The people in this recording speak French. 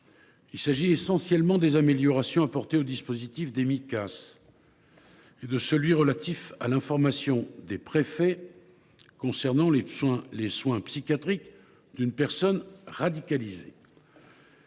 Il s’agit essentiellement des améliorations apportées aux Micas et au dispositif d’information des préfets concernant les soins psychiatriques d’une personne radicalisée.